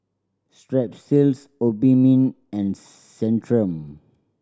Strepsils Obimin and Centrum